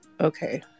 okay